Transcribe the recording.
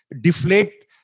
deflate